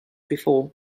before